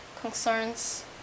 Concerns